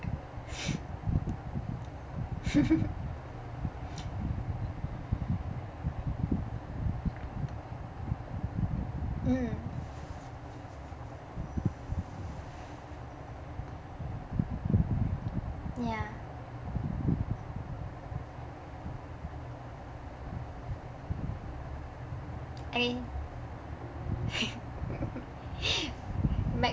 mm ya I back